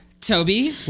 Toby